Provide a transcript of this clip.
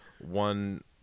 one